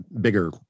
bigger